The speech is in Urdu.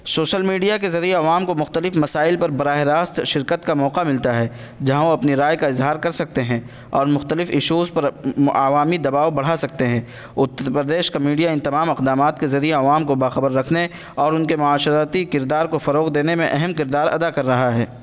شوشل میڈیا کے ذریعے عوام کو مختلف مسائل پر براہ راست شرکت کا موقع ملتا ہے جہاں وہ اپنی رائے کا اظہار کر سکتے ہیں اور مختلف ایشوز پر عوامی دباؤ بڑھا سکتے ہیں اتر پردیش کا میڈیا ان تمام اقدامات کے ذریعے عوام کو باخبر رکھنے اور ان کے معاشرتی کردار کو فروغ دینے میں اہم کردار ادا کر رہا ہے